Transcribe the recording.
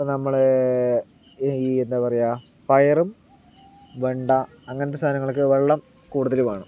ഇപ്പോൾ നമ്മള് ഈ എന്താ പറയുക പയറും വെണ്ട അങ്ങനത്തെ സാധാനങ്ങളൊക്കെ വെള്ളം കൂടുതൽ വേണം